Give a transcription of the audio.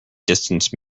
distance